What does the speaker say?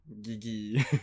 Gigi